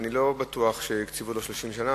אני לא בטוח שהקציבו לו 30 שנה,